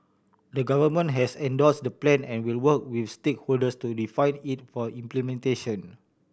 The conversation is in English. the Government has endorsed the Plan and will work with stakeholders to refine it for implementation